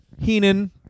Heenan